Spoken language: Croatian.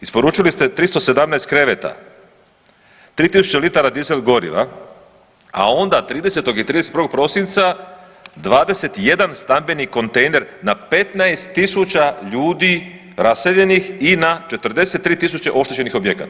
Isporučili ste 317 kreveta, 3000 litara dizel goriva a onda 30. i 31. prosinca 21 stambeni kontejner na 15000 ljudi raseljenih i na 43 000 oštećenih objekata.